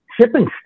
shipping